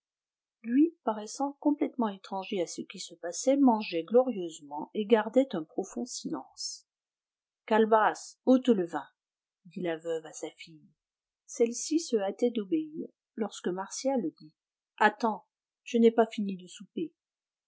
lui paraissant complètement étranger à ce qui se passait mangeait glorieusement et gardait un profond silence calebasse ôte le vin dit la veuve à sa fille celle-ci se hâtait d'obéir lorsque martial dit attends je n'ai pas fini de souper